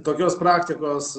tokios praktikos